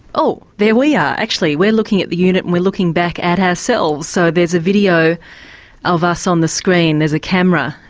oh, there we are. actually we're looking at the unit and we're looking back at ourselves, so there's a video of us on the screen, there's a camera.